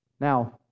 Now